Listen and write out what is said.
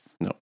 No